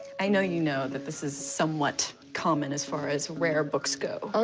i know you know that this is somewhat common as far as rare books go. oh,